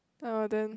ah then